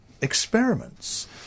experiments